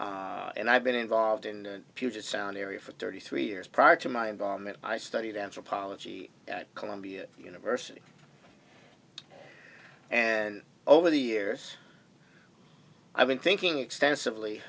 committee and i've been involved in the puget sound area for thirty three years prior to my involvement i studied anthropology at columbia university and over the years i've been thinking extensively